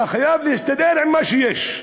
אתה חייב להסתדר עם מה שיש.